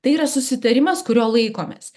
tai yra susitarimas kurio laikomės